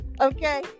okay